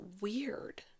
weird